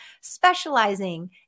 specializing